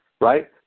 right